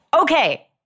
Okay